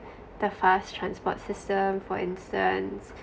the fast transport system for instance